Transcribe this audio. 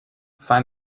find